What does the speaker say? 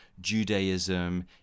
Judaism